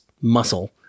muscle